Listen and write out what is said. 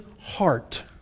heart